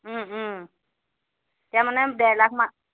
তেতিয়া মানে ডেৰ লাখ মান